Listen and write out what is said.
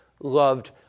loved